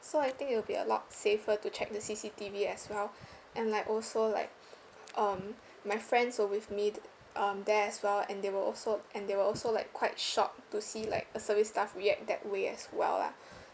so I think it'll be a lot safer to check the C_C_T_V as well and like also like um my friends were with me um there as well and they were also and they were also like quite shocked to see like a service staff react that way as well lah